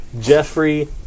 Jeffrey